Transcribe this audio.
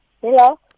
Hello